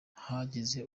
hagize